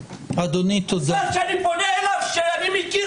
שאני פונה אליו ומכיר